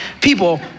people